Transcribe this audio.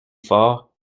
fort